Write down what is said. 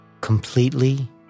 completely